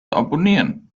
abonnieren